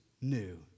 new